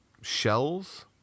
shells